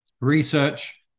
research